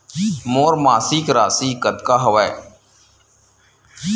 मोर मासिक राशि कतका हवय?